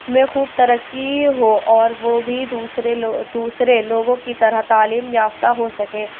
میں خوب ترقی ہو اور وہ بھی دوسرے لو دوسرے لوگوں کی طرح تعلیم یافتہ ہو سکیں